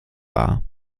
war